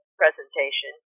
presentation